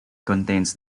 contains